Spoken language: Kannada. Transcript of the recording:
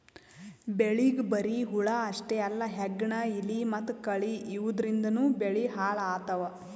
ಬೆಳಿಗ್ ಬರಿ ಹುಳ ಅಷ್ಟೇ ಅಲ್ಲ ಹೆಗ್ಗಣ, ಇಲಿ ಮತ್ತ್ ಕಳಿ ಇವದ್ರಿಂದನೂ ಬೆಳಿ ಹಾಳ್ ಆತವ್